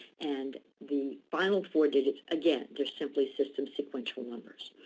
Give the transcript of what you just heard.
and the final four digits, again, they're simply system sequential numbers.